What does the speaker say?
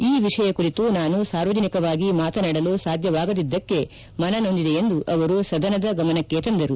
ಈ ವಿಷಯ ಕುರಿತು ನಾನು ಸಾರ್ವಜನಿಕವಾಗಿ ಮಾತನಾಡಲು ಸಾಧ್ಯವಾಗದಿದ್ದಕ್ಷೆ ಮನ ನೊಂದಿದೆ ಎಂದು ಅವರು ಸದನದ ಗಮನಕ್ಕೆ ತಂದರು